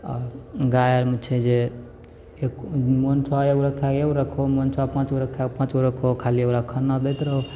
आ गाय आरमे छै जे पाँच गो रखहो खाली ओकरा खाना दैत रहो